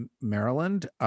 Maryland